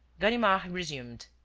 ganimard resumed